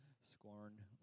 scorn